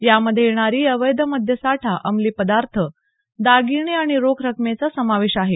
यामध्ये अवैध मद्यसाठा अंमली पदार्थ दागिने आणि रोख रकमेचा समावेश आहे